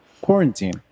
quarantine